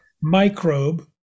microbe